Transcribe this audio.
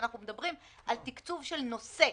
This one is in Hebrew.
שאנחנו מדברים על תקצוב של נושא.